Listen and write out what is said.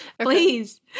please